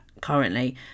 currently